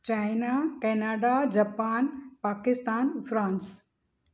China Canada Japan Pakistan France